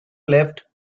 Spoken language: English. left